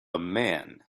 man